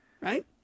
Right